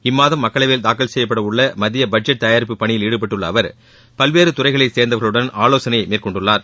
இம்மாதம் மக்களவையில் தாக்கல் செய்யப்பட உள்ள மத்திய பட்ஜெட் தயாரிப்பு பணியில் ாடுபட்டுள்ள அவர் பல்வேறு துறைகளை சேர்ந்தவர்களுடன் மேற்கொண்டுள்ளார்